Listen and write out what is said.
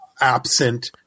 absent